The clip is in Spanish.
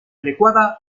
adecuada